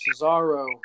Cesaro